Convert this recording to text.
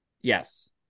yes